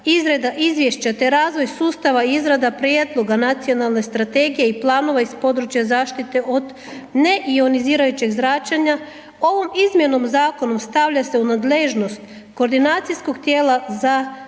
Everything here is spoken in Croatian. izvješća te razvoj sustava izrada prijedloga nacionalne strategije i planova iz područja zaštite od neionizirajućeg zračenja ovom izmjenom zakona stavlja se u nadležnost koordinacijskog tijela za